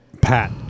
Pat